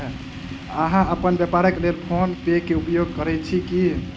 अहाँ अपन व्यापारक लेल फ़ोन पे के उपयोग करै छी की?